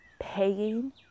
paying